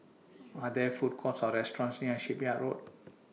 Are There Food Courts Or restaurants near Shipyard Road